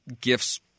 gifts